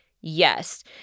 yes